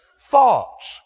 thoughts